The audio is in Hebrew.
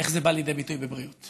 איך זה בא לידי ביטוי בבריאות.